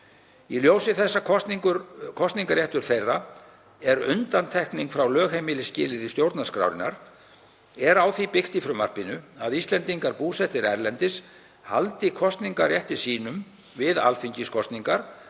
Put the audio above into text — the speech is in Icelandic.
Í ljósi þess að kosningarréttur þeirra er undantekning frá lögheimilisskilyrði stjórnarskrárinnar er á því byggt í frumvarpinu að Íslendingar búsettir erlendis haldi kosningarrétti sínum við alþingiskosningar,